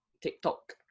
TikTok